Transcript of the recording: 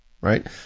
right